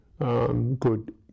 Good